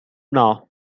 now